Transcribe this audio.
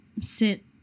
sit